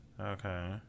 Okay